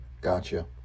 Gotcha